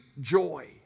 joy